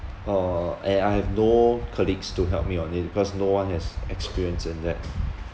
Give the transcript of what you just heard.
uh and I have no colleagues to help me on it because no one has experience in that